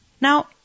Now